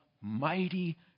Mighty